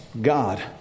God